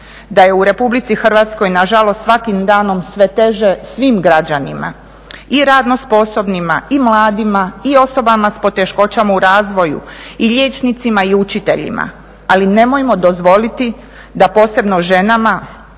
da je u Republici Hrvatskoj nažalost svakim danom sve teže svim građanima, i radno sposobnima i mladima i osobama s poteškoćama u razvoju i liječnicima i učiteljima, ali nemojmo dozvoliti da posebno ženama